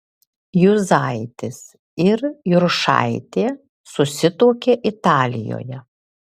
juzaitis ir juršaitė susituokė italijoje